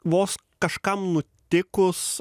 vos kažkam nutikus